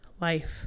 life